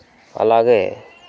అలాగే